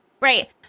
Right